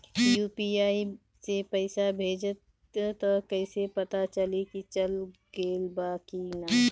UPI से पइसा भेजम त कइसे पता चलि की चल गेल बा की न?